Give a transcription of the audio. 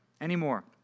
anymore